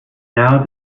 now